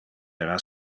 era